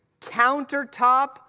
countertop